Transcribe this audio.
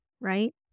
Right